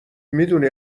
میدونی